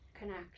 connect